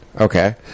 Okay